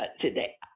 today